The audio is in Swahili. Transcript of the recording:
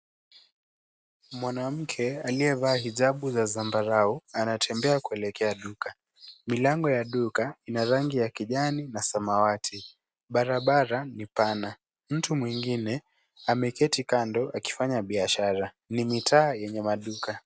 Mwanamke aliyevaa hijabu za zambarau, anatembea kuelekea duka. Milango ya duka ina rangi ya kijani na samawati. Barabara ni pana. Mtu mwingine ameketi kando akifanya biashara. Ni mitaa yenye maduka.